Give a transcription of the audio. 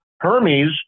Hermes